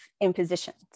impositions